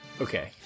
Okay